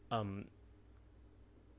um